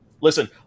Listen